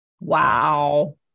Wow